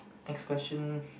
expression